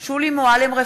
מצביע שולי מועלם-רפאלי,